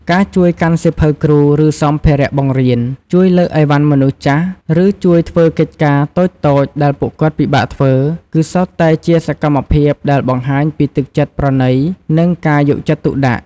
ការជួយកាន់សៀវភៅគ្រូ ឬសម្ភារៈបង្រៀន ជួយលើកអីវ៉ាន់មនុស្សចាស់ ឬជួយធ្វើកិច្ចការតូចៗដែលពួកគាត់ពិបាកធ្វើ គឺសុទ្ធតែជាសកម្មភាពដែលបង្ហាញពីទឹកចិត្តប្រណី និងការយកចិត្តទុកដាក់។